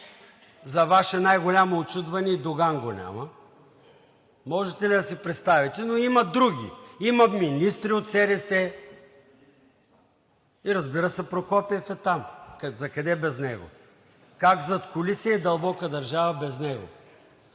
за Ваше най-голямо учудване и Доган го няма – можете ли да си представите? Но има други – има министри от СДС, и разбира се, Прокопиев е там, за къде без него? Как задкулисие и дълбока държава без него?